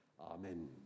Amen